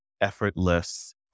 effortless